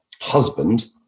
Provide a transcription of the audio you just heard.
husband